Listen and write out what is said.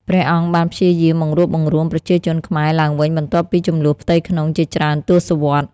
ព្រះអង្គបានព្យាយាមបង្រួបបង្រួមប្រជាជនខ្មែរឡើងវិញបន្ទាប់ពីជម្លោះផ្ទៃក្នុងជាច្រើនទសវត្សរ៍។